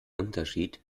unterschied